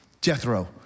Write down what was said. Jethro